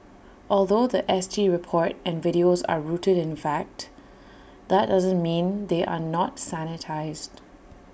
although The S T report and videos are rooted in fact that doesn't mean they are not sanitised